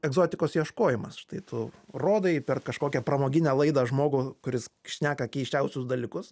egzotikos ieškojimas štai tu rodai per kažkokią pramoginę laidą žmogų kuris šneka keisčiausius dalykus